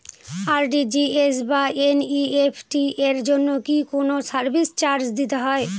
RTGS বা NEFT এর জন্য কি কোনো সার্ভিস চার্জ দিতে হয়?